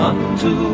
Unto